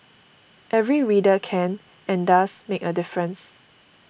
every reader can and does make a difference